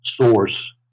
source